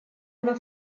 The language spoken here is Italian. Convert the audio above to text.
una